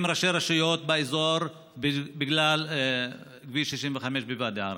ראשי רשויות באזור בגלל כביש 65 בוואדי עארה.